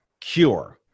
cure